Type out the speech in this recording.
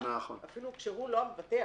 אפילו כשהוא לא המבטח.